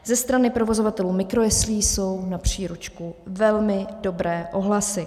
Ze strany provozovatelů mikrojeslí jsou na příručku velmi dobré ohlasy.